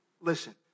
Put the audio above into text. listen